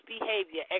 behavior